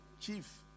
Chief